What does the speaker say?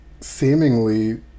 seemingly